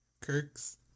Kirk's